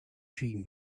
dream